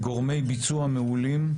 גורמי ביצוע מעולים.